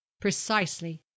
precisely